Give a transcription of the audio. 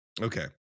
Okay